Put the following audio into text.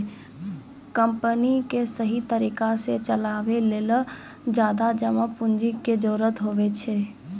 company क सहि तरिका सह चलावे के लेलो ज्यादा जमा पुन्जी के जरुरत होइ छै